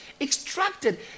extracted